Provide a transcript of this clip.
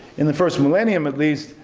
in the first millennium at least,